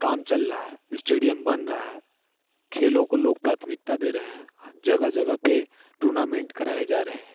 काम चल रहा है इस्टेडियम बन रहा है खेलों को लोग प्राथमिकता दे रहे हैं जगह जगह पे टूर्नामेंट कराए जा रहे हैं